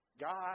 God